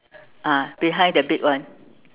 ah behind the big one